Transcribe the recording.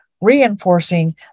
reinforcing